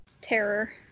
terror